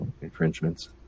infringements